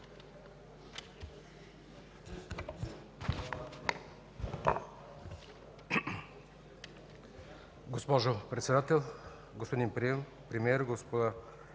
Госпожо Председател, господин Премиер, господа